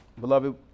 Beloved